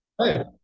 hi